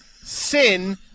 Sin